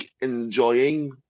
enjoying